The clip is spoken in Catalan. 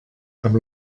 amb